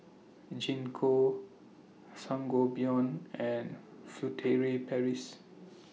Gingko Sangobion and Furtere Paris